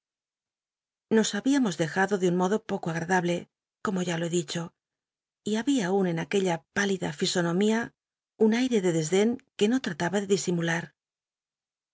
nos habíamos dejado de un modo poco agradable como ya lo be dicho y babia aun en aquella pálida fisonomía un aire de desden que no trataba de disimular